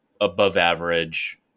above-average